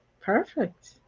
perfect